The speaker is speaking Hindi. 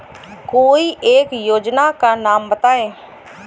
कोई एक योजना का नाम बताएँ?